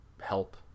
help